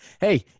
hey